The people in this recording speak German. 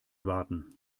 warten